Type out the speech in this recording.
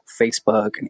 Facebook